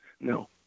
No